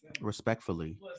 respectfully